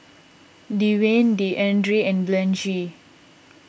Dewayne Deandre and Blanchie